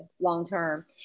long-term